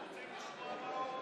אנחנו רוצים לשמוע מה ההודעות.